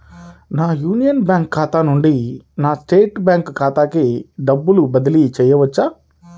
నా union bank ఖాతా నుండి నా స్టేట్ బ్యాంకు ఖాతాకి డబ్బు బదిలి చేయవచ్చా?